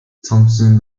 thompson